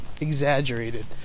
Exaggerated